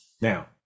Now